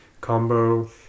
combo